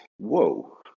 Whoa